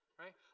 right